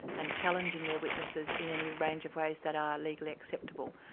and challenging their witnesses in any range of ways that are legally acceptable.